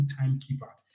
timekeeper